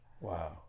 Wow